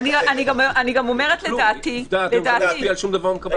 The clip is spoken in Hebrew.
כולל הסיפור אני אכנס לסיפור הזה של היתר לחץ דם והשמנה אנחנו